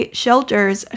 shelters